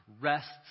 rests